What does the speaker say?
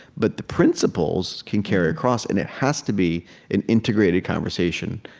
but the principles can carry across. and it has to be an integrated conversation,